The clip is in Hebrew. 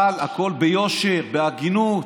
אבל הכול ביושר, בהגינות.